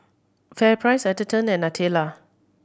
FairPrice Atherton and Nutella